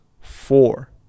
four